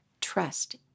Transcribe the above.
trust